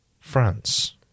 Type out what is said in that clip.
France